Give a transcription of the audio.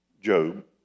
Job